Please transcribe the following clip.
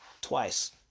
twice